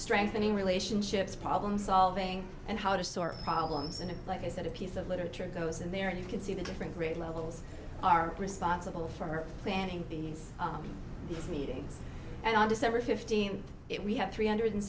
strengthening relationships problem solving and how to sort problems and like i said a piece of literature goes in there and you can see the different grade levels are responsible for planning these meetings and on december fifteenth it we have three hundred